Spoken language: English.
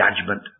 judgment